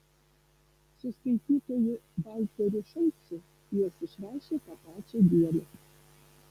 su skaitytoju valteriu šulcu juos išrašė tą pačią dieną